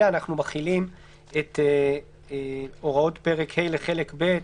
הרי ממילא מחילים את הוראות פרק ה' לחלק ב',